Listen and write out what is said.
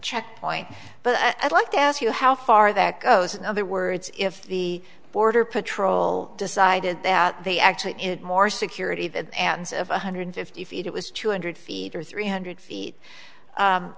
checkpoint but i'd like to ask you how far that goes in other words if the border patrol decided that they actually it more security that ans of one hundred fifty feet it was two hundred feet or three hundred feet